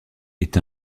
est